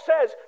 says